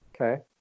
Okay